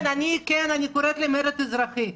כן, אני קוראת למרד אזרחי.